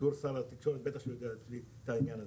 ובתור שר התקשורת הוא בטח יודע את העניין הזה.